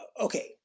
okay